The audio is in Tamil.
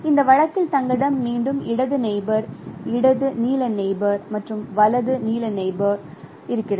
இந்த வழக்கில் தங்களிடம் மீண்டும் இடது நெயிபோர் இடது நீல நெயிபோர் மற்றும் வலது நீல நெயிபோர் இருக்கிறது